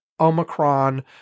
Omicron